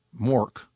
Mork